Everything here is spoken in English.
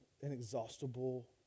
inexhaustible